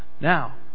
Now